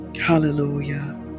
hallelujah